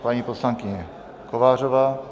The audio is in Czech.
Paní poslankyně Kovářová.